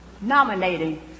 nominating